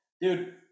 Dude